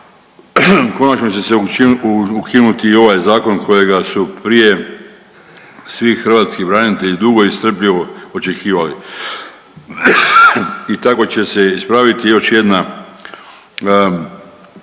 konačno će se ukinuti i ovaj zakon kojega su prije svi hrvatski branitelji dugo i strpljivo očekivali i tako će se ispraviti još jedna